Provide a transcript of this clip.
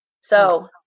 So-